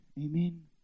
Amen